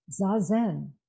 Zazen